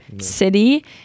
city